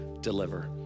deliver